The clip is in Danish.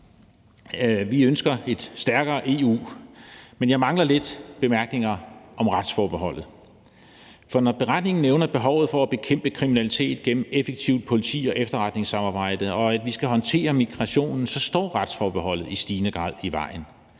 Vi ønsker et stærkere EU, men jeg mangler lidt bemærkninger om retsforbeholdet. For når redegørelsen nævner behovet for at bekæmpe kriminalitet gennem effektivt politi- og efterretningssamarbejde, og at vi skal håndtere migrationen, så står retsforbeholdet i stigende grad i vejen,